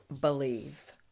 believe